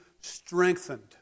strengthened